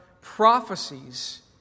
prophecies